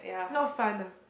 not fun ah